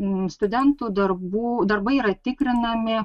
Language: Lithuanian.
studentų darbų darbai yra tikrinami